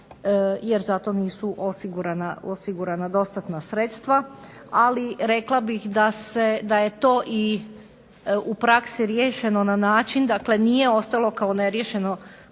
jer za to nisu osigurana dostatna sredstva. Ali rekla bih da je to i u praksi riješeno na način, dakle nije ostalo kao neriješeno